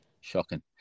Shocking